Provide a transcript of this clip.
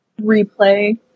replay